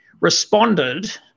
responded